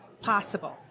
possible